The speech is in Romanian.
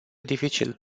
dificil